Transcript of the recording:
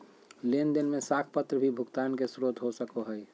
लेन देन में साख पत्र भी भुगतान के स्रोत हो सको हइ